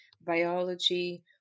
biology